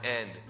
end